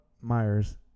Myers